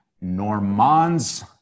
normans